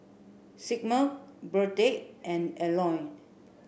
Sigmund Burdette and Elenor